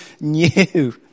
new